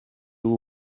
w’u